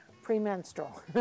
premenstrual